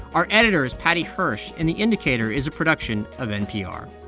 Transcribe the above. our editor is paddy hirsch, and the indicator is a production of npr